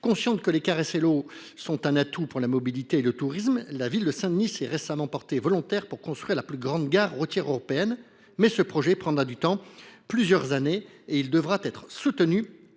Consciente que les cars SLO sont un atout pour la mobilité et le tourisme, la ville de Saint Denis s’est récemment portée volontaire pour construire la plus grande gare routière européenne, mais ce projet prendra du temps – plusieurs années – et devra être soutenu